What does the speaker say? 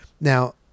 Now